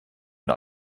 und